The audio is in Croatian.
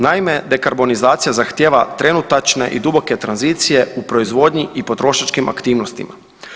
Naime, dekarbonizacija zahtijeva trenutačne i duboke tranzicije u proizvodnji i potrošačkim aktivnostima.